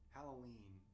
Halloween